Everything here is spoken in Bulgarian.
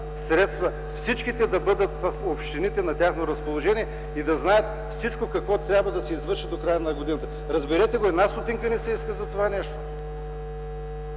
всичките да бъдат в общините на тяхно разположение и да знаят всичко, което трябва да се извърши до края на годината. Разберете го – една стотинка не се иска за това нещо.